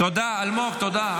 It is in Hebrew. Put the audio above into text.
תודה, אלמוג, תודה.